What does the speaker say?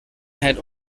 had